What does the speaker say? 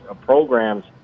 programs